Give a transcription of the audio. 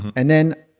and then,